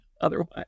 otherwise